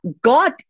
God